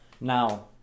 Now